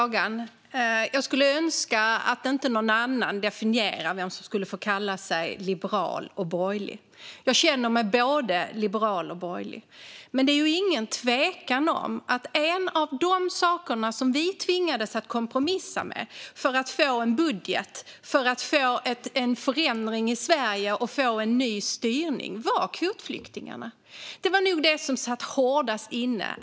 Fru talman! Jag tackar för frågan. Jag skulle önska att det inte är någon annan som definierar vem som ska få kalla sig liberal och borgerlig. Jag känner mig både liberal och borgerlig. Det är ingen tvekan om att kvotflyktingarna var en av de saker som vi tvingades kompromissa med för att få fram en budget, en förändring i Sverige och ett nytt styre. Det var nog det som satt hårdast inne.